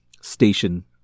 station